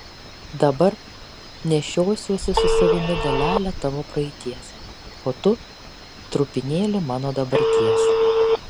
dabar nešiosiuosi su savimi dalelę tavo praeities o tu trupinėlį mano dabarties